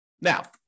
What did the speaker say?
Now